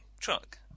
truck